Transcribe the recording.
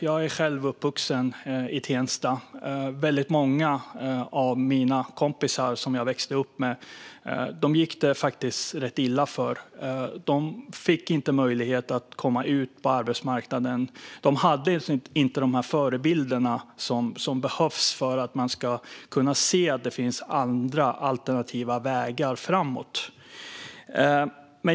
Jag är själv uppvuxen i Tensta, och många av mina kompisar som jag växte upp med gick det faktiskt rätt illa för. De fick inte möjlighet att komma ut på arbetsmarknaden. De hade inte de förebilder som behövs för att man ska kunna förstå att det finns alternativa vägar framåt.